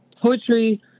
poetry